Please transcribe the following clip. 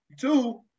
Two